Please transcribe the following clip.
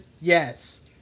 Yes